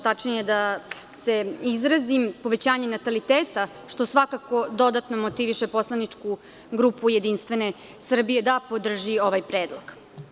Tačnije da se izrazim, povećanje nataliteta, što svakako dodatno motiviše poslaničku grupu JS da podrži ovaj predlog.